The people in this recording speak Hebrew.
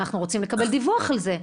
אנחנו רוצים לקבל דיווח על זה.